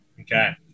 Okay